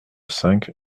cinq